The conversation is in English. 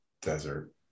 desert